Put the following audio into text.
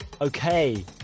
Okay